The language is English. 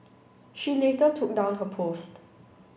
she later took down her post